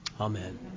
Amen